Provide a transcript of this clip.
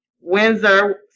Windsor